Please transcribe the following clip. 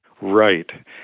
Right